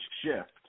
shift